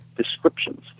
descriptions